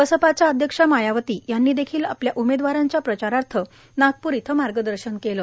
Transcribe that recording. बसपाच्या अध्यक्षा मायावती यांनी देखील आपल्या उमेदवारांच्या प्रचारार्थ नागप्र इथं मार्गदर्शन केलं